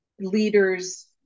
leaders